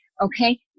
Okay